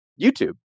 YouTube